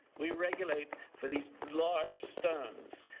we regulate for these large stones,